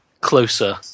closer